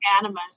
animus